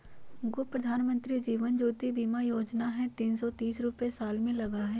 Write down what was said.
गो प्रधानमंत्री जीवन ज्योति बीमा योजना है तीन सौ तीस रुपए साल में लगहई?